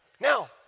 now